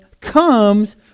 comes